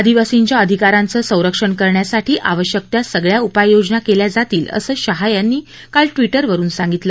आदिवासींच्या अधिकारांचं संरक्षण करण्यासाठी आवश्यक त्या सगळ्या उपाययोजना केल्या जातील असं शाह यांनी काल ट्विटरवरून सांगितलं